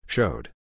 Showed